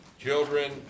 Children